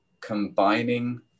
combining